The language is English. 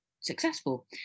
successful